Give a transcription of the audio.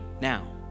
Now